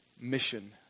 mission